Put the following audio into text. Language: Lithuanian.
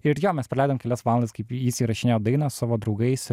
ir jo mes praleidom kelias valandas kaip jis įrašinėjo dainą su savo draugais